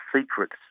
Secrets